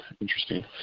Interesting